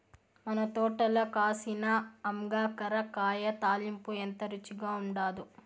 మన తోటల కాసిన అంగాకర కాయ తాలింపు ఎంత రుచిగా ఉండాదో